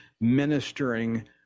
ministering